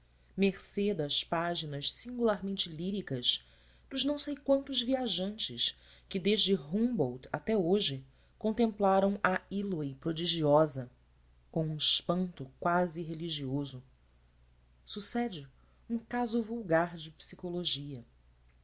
mercê das páginas singularmente líricas dos não sei quantos viajantes que desde humboldt até hoje contemplaram a hiléia prodigiosa com um espanto quase religioso sucede um caso vulgar de psicologia